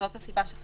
זאת הסיבה שחשבנו